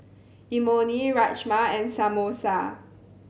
Imoni Rajma and Samosa